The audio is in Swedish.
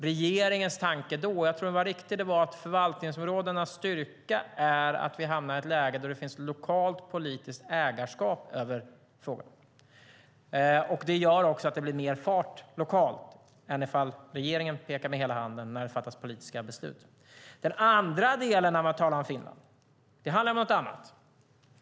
Regeringens tanke då var, och jag tror att den var riktig, att förvaltningsområdenas styrka är att vi hamnar i ett läge där det finns ett lokalt politiskt ägarskap över frågan. Det gör att det blir mer fart lokalt än ifall regeringen pekar med hela handen när det fattas politiska beslut. Den andra delen när vi talar om Finland handlar om någonting annat.